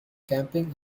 camping